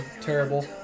terrible